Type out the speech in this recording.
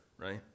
right